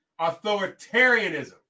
authoritarianism